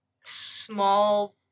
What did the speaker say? small